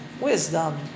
Wisdom